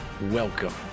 Welcome